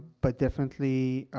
but definitely,